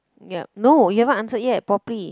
yup no you haven't answered yet properly